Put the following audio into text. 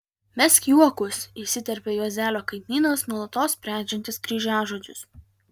mesk juokus įsiterpia juozelio kaimynas nuolatos sprendžiantis kryžiažodžius